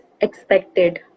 expected